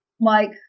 Mike